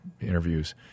interviews